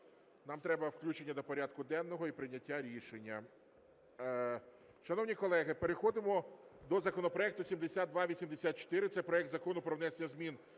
Нам треба включення до порядку денного і прийняття рішення. Шановні колеги, переходимо до законопроекту 7284. Це проект Закону про внесення змін